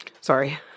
sorry